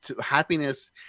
happiness